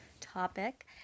topic